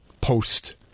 post